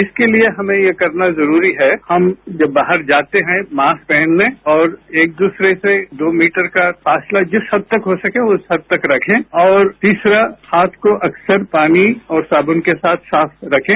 इसके लिए हमें ये करना जरूरी है हम जब बाहर जाते हैं मास्क पहन लें और एक दूसरे से दो मीटर का फासला जिस हद तक हो सके उस हद तक रखें और तीसरा हाथ को अक्सर पानी और साबुन के साथ साफ रखें